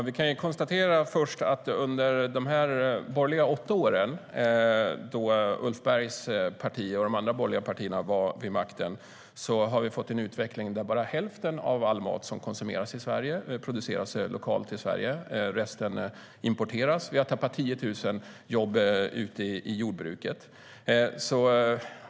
Herr talman! Under de åtta år då Ulf Bergs parti och de andra borgerliga partierna var vid makten fick vi en utveckling som lett till att bara hälften av all mat som konsumeras i Sverige produceras i landet. Resten importeras. Vi har tappat 10 000 jobb i jordbruket.